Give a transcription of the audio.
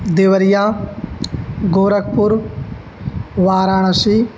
देवर्या गोरखपुरं वाराणसी